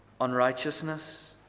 unrighteousness